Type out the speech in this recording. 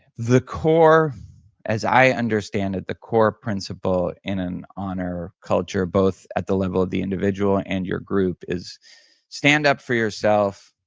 the core as i understand it, the core principle in an honor culture, both at the level of the individual and your group is stand up for yourself,